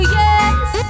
yes